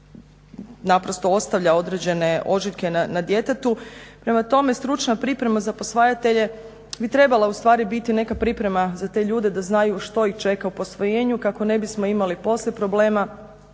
naprosto ostavlja određene ožiljke na djetetu. Prema tome stručna priprema za posvajatelje bi trebala ustvari biti neka priprema za te ljude da znaju što ih čeka u posvojenju kako ne bismo imali poslije problema,